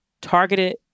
targeted